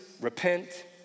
repent